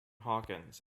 hawkins